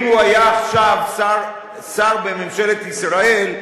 אם הוא היה עכשיו שר בממשלת ישראל,